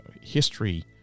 history